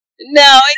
No